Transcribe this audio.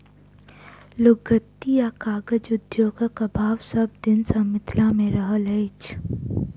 लुगदी आ कागज उद्योगक अभाव सभ दिन सॅ मिथिला मे रहल अछि